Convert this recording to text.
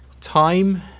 time